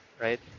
right